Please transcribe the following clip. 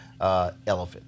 elephant